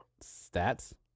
stats